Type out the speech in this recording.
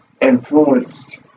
influenced